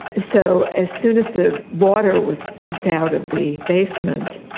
so as soon as the water was pumped out of the basement,